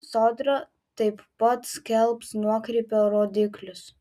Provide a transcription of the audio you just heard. sodra taip pat skelbs nuokrypio rodiklius